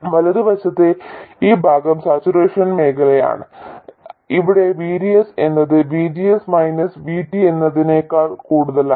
വലതുവശത്തുള്ള ഈ ഭാഗം സാച്ചുറേഷൻ മേഖലയാണ് ഇവിടെ VDS എന്നത് VGS മൈനസ് VT എന്നതിനേക്കാൾ കൂടുതലാണ്